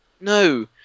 no